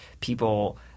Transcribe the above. people